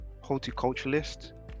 horticulturalist